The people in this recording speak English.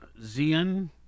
Zion